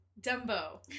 Dumbo